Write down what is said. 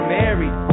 married